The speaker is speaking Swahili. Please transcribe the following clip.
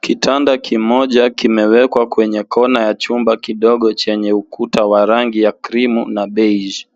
Kitanda kimoja kimewekwa kwenye kona ya chumba kidogo chenye ukuta wa rangi ya krimu na beige .